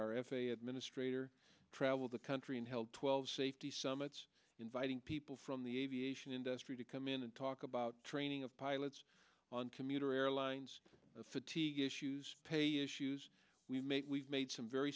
our f a a administrator traveled the country and held twelve safety summits inviting people from the aviation industry to come in and talk about training of pilots on commuter airlines fatigue issues pay issues we make we've made some very